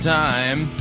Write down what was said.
time